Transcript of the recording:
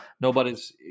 Nobody's